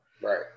Right